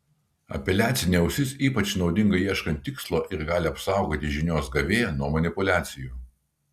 apeliacinė ausis ypač naudinga ieškant tikslo ir gali apsaugoti žinios gavėją nuo manipuliacijų